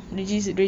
mm